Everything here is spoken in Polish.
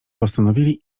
postanowili